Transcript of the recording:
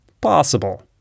possible